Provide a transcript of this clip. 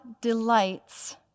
delights